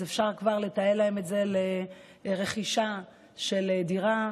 אפשר כבר לתעל להם את זה לרכישה של דירה,